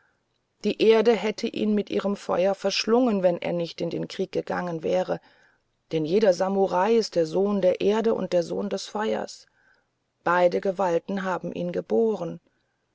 die erde hätte ihn mit ihrem feuer verschlungen wenn er nicht in den krieg gegangen wäre denn jeder samurai ist der sohn der erde und der sohn des feuers beide gewalten haben ihn geboren